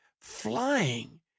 flying